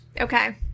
Okay